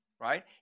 Right